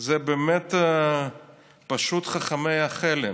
זה באמת פשוט חכמי חלם,